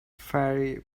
ferry